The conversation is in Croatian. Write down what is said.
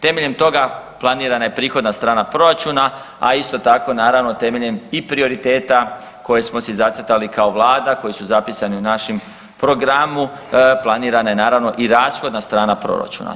Temeljem toga planirana je prihodna strana proračuna, a isto tako naravno temeljem i prioriteta koje smo si zacrtali kao vlada, koji su zapisani u našem programu planirana je naravno i rashodna strana proračuna.